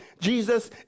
Jesus